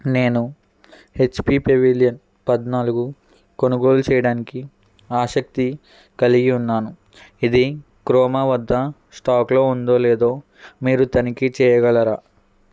నేను HP Pavilion పద్నాలుగు కొనుగోలు చెయ్యడానికి ఆసక్తి కలిగి ఉన్నాను ఇది క్రోమా వద్ద స్టాక్లో ఉందో లేదో మీరు తనిఖీ చెయ్యగలరా